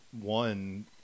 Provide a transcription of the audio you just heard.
one